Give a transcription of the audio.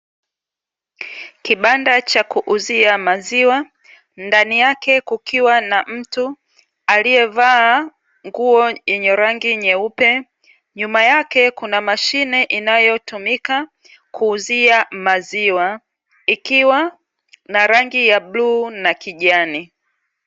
Kibanda cha kuuzia maziwa ndani yake kukiwa na mtu aliyevaa nguo yenye rangi nyeupe, nyuma yake kuna mashine inayotumika kuuzia maziwa, ikiwa na rangi ya bluu na kijani.